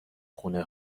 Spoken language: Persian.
خونه